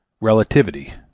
Relativity